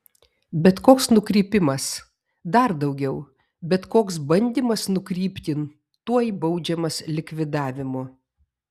bet koks nukrypimas dar daugiau bet koks bandymas nukrypti tuoj baudžiamas likvidavimu